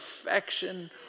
affection